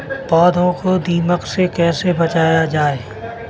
पौधों को दीमक से कैसे बचाया जाय?